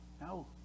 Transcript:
no